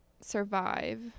survive